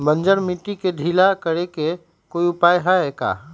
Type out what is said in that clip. बंजर मिट्टी के ढीला करेके कोई उपाय है का?